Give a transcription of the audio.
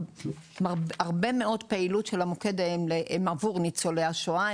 הרבה מאוד מפעילות המוקד היא עבור ניצולי השואה.